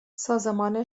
سازمان